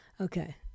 Okay